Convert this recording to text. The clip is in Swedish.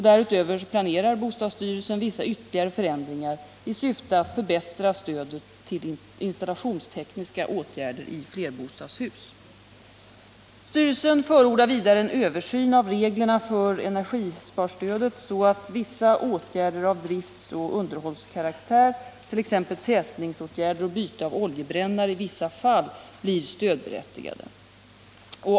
Därutöver planerar bostadsstyrelsen vissa ytterligare förändringar i syfte att förbättra stödet till installationstekniska åtgärder i flerbostadshus. Styrelsen förordar vidare en översyn av reglerna för energisparstödet så att vissa åtgärder av driftoch underhållskaraktär, t.ex. tätningsåtgärder och byte av oljebrännare i vissa fall, blir stödberättigade.